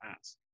ask